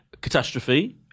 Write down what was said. Catastrophe